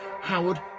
Howard